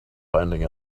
finding